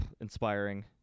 inspiring